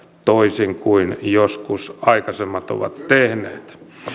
toisin kuin joskus aikaisemmat ovat tehneet